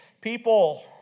people